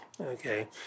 okay